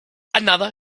another